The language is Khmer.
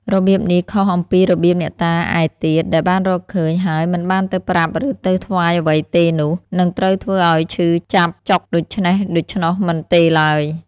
របៀបនេះ ខុសអំពីរបៀបអ្នកតាឯទៀត ដែលបានរកឃើញហើយមិនបានទៅប្រាប់ឬទៅថ្វាយអ្វីទេនោះ នឹងត្រូវធ្វើឲ្យឈឺចាប់ចុកដូច្នេះដូច្នោះមិនទេឡើយ ។